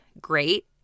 great